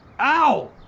Ow